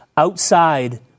Outside